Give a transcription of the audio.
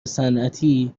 صنعتی